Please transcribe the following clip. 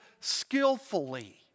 skillfully